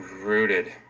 rooted